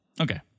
Okay